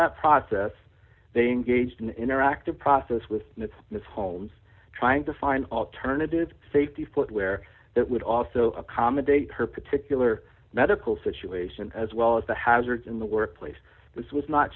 that process they engaged in an interactive process with ms holmes trying to find alternative safety footwear that would also accommodate her particular medical situation d as well as the hazards in the workplace this was not